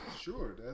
sure